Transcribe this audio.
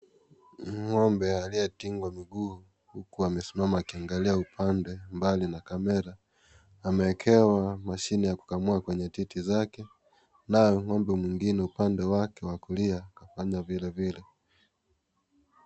Ng'ombe aliyetingwa miguu huku amesimama akiangalia upande mbali na kamera ameekewa mashini ya kukamua kwenye titi zake na ng'ombe mwingine upande wake wa kulia kufanya vile vile .